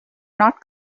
not